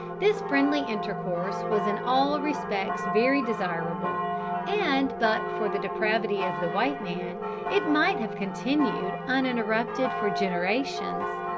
this friendly intercourse was in all respects very desirable and but for the depravity of the white man it might have continued uninterrupted for generations.